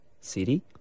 City